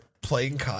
playing